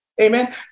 Amen